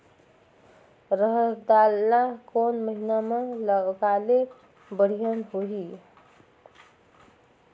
रहर दाल ला कोन महीना म लगाले बढ़िया होही?